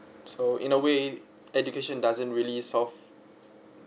so in a way education doesn't really solve